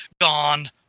gone